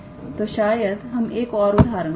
तो शायद हम एक और उदाहरण करेंगे